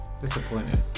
Disappointed